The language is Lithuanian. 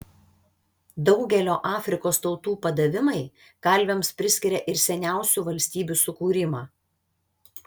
daugelio afrikos tautų padavimai kalviams priskiria ir seniausių valstybių sukūrimą